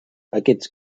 aquests